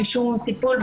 בלי שום טיפול,